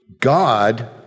God